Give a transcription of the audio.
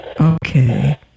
Okay